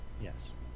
Yes